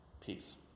peace